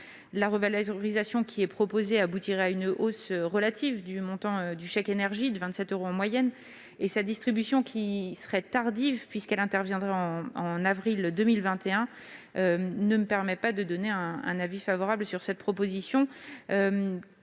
La revalorisation proposée aboutirait à une hausse relative du montant du chèque énergie de 27 euros en moyenne. Sa distribution tardive, puisqu'elle interviendrait en avril 2021, ne me permet pas de donner un avis favorable. L'amendement n°